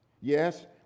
Yes